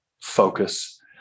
focus